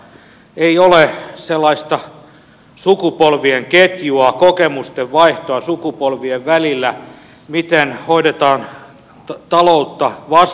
ei ole sellaista sukupolvien ketjua kokemusten vaihtoa sukupolvien välillä miten hoidetaan taloutta vastuullisesti